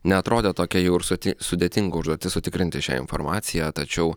neatrodė tokia jau ir suti sudėtinga užduotis sutikrinti šią informaciją tačiau